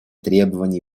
требования